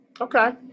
Okay